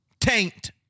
Taint